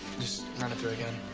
just run it through again.